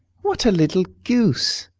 what a little goose!